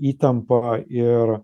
įtampą ir